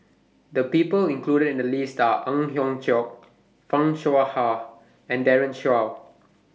The People included in The list Are Ang Hiong Chiok fan Shao Hua and Daren Shiau